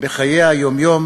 בחיי היום-יום,